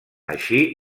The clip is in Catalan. així